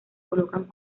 colocan